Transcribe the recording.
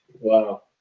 Wow